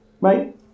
right